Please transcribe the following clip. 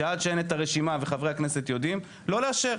שעד שאין את רשימה וחברי הכנסת יודעים לא לאשר.